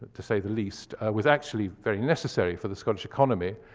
to say the least, was actually very necessary for the scottish economy,